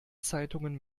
zeitungen